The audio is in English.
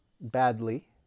badly